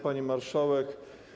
Pani Marszałek!